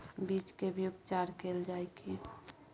बीज के भी उपचार कैल जाय की?